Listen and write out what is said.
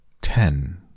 ten